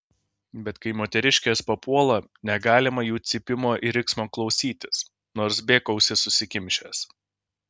bet kai moteriškės papuola negalima jų cypimo ir riksmo klausytis nors bėk ausis užsikimšęs